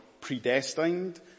predestined